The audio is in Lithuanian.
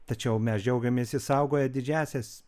tačiau mes džiaugiamės išsaugoję didžiąsias